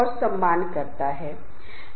मैं इन समूहों पर बहुत कम चर्चा करूंगा